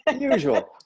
usual